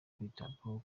kwitabwaho